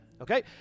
Okay